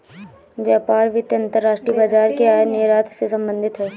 व्यापार वित्त अंतर्राष्ट्रीय बाजार के आयात निर्यात से संबधित है